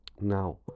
Now